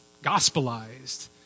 gospelized